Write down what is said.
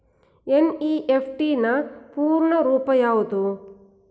NEFT ನ ಪೂರ್ಣ ರೂಪ ಯಾವುದು?